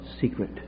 secret